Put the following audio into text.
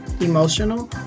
emotional